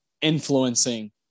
influencing